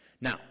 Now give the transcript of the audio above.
Now